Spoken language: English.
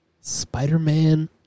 Spider-Man